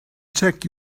check